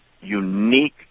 unique